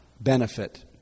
benefit